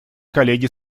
коллеги